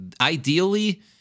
Ideally